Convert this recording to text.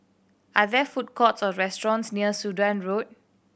are there food courts or restaurants near Sudan Road